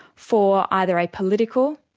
for either a political,